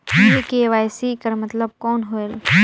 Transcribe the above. ये के.वाई.सी कर मतलब कौन होएल?